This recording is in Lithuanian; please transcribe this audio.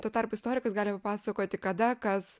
tuo tarpu istorikas gali pasakoti kada kas